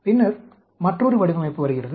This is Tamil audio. பின்னர் மற்றொரு வடிவமைப்பு வருகிறது